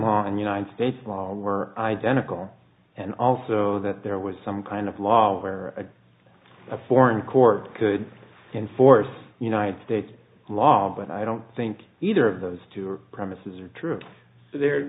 the united states were identical and also that there was some kind of law where a foreign court could enforce united states law but i don't think either of those two premises are true they're